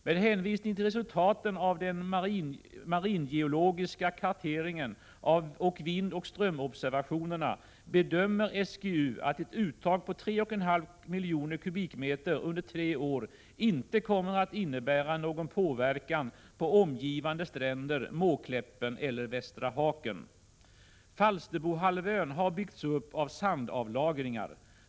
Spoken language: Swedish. Med hänvisning till resultaten av den maringeologiska karteringen och vindoch strömobservationerna bedömer SGU att ett uttag på 3,5 miljoner kubikmeter under tre år inte kommer att innebära någon påverkan på omgivande stränder, Måkläppen eller Västra Haken. Falsterbohalvön har byggts upp av sandavlagringar.